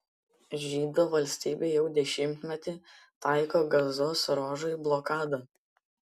žydų valstybė jau dešimtmetį taiko gazos ruožui blokadą